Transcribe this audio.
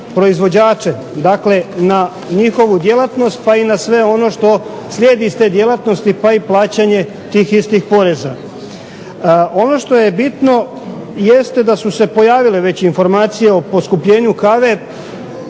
proizvođače. Dakle, na njihovu djelatnost, pa i na sve ono što slijedi iz te djelatnosti pa i plaćanje tih istih poreza. Ono što je bitno, jeste da su se pojavile već informacije o poskupljenju kave